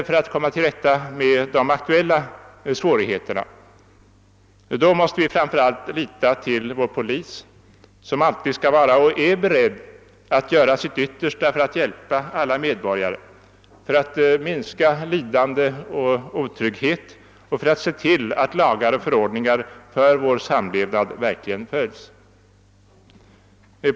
För att komma till rätta med de aktuella svårigheterna måste vi emellertid framför allt lita till vår polis som alltid skall vara och är beredd att göra sitt yttersta för att hjälpa alla medborgare, för att minska lidande och otrygghet och för att se till att lagar och förordningar för vår samlevnad verkligen följs.